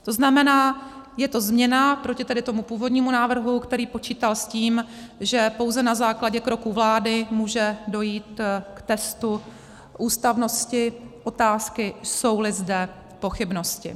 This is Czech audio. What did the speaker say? To znamená, je to změna proti tomu původnímu návrhu, který počítal s tím, že pouze na základě kroků vlády může dojít k testu ústavnosti otázky, jsouli zde pochybnosti.